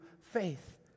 faith